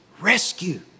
Rescue